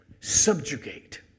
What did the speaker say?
subjugate